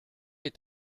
est